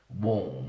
warm